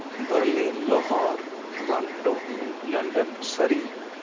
Berlin Lahore Toronto London Surrey